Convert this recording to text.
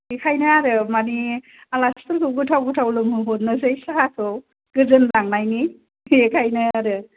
बेनिखायनो आरो माने आलासिफोरखौ गोथाव गोथाव लोंहोहरनोसै साहाखौ गोजोनलांनायनि बेनिखायनो आरो